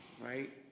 right